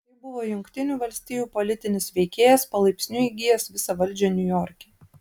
tai buvo jungtinių valstijų politinis veikėjas palaipsniui įgijęs visą valdžią niujorke